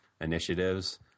initiatives